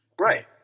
Right